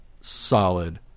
solid